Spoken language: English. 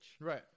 Right